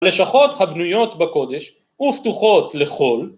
‫לשכות הבנויות בקודש ופתוחות לכל.